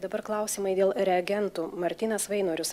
dabar klausimai dėl reagentų martynas vainorius